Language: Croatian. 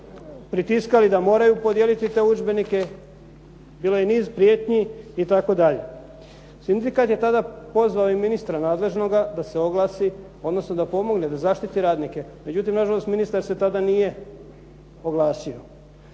pritiskali da moraju podijeliti te udžbenike. Bilo je niz prijetnji itd. Sindikat je tada pozvao i ministra nadležnoga da se oglasi odnosno da pomogne, da zaštiti radnike. Međutim, nažalost ministar se tada nije oglasio.